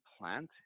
plant